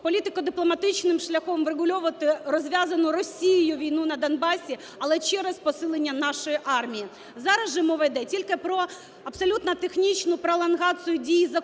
політико-дипломатичним шляхом врегульовувати розв'язану Росією війну на Донбасі, але через посилення нашої армії. Зараз же мова йде тільки про абсолютно технічну пролонгацію дії закону,